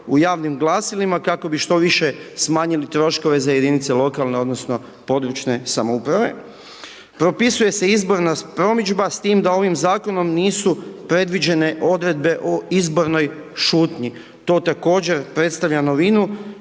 u javnim glasilima, kako bi što više smanjili troškove za jedinice lokalne odnosno područne samouprave. Propisuje se izborna promidžba s tim da ovim zakonom nisu predviđene odredbe o izbornoj šutnji, to također predstavlja novinu